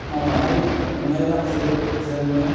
मावनानै मोननाय रांजों जोङो